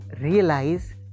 realize